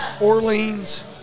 Orleans